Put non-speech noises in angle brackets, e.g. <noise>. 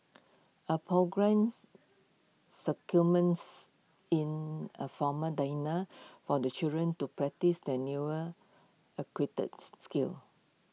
A programmes circumvents in A formal dinner for the children to practise their newer <unintelligible> skills